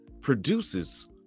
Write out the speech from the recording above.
produces